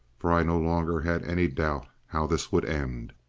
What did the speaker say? for i no longer had any doubt how this would end.